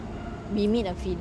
we made a film